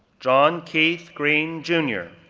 john keith green, jr,